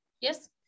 Yes